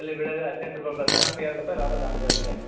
ಅಲ್ಲಿ ಬೀಳೋದೇ ಹದಿನೆಂಟು ರೂಪಾಯಿ ಬೀಳುತ್ತೆ ನಮ್ಗೆ ಎರಡು ರೂಪಾಯಿ ಲಾಭ ತಗಂತೀವಿ ಅಷ್ಟೇ